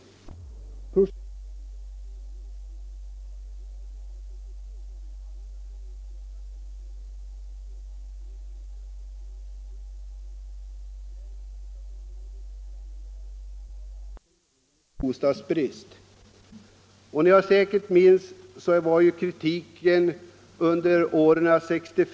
Projektet avsåg totalentreprenad och omfattade ca 1 000 lägenheter med en byggnadstid på fem år. När bostadsområdet planerades var det en kronisk bostadsbrist.